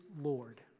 Lord